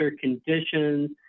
conditions